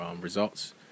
results